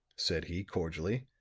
said he, cordially.